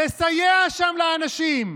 לסייע שם לאנשים,